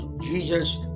Jesus